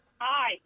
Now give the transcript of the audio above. Hi